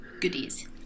Goodies